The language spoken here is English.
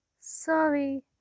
sorry